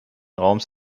raums